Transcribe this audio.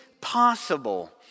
possible